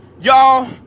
y'all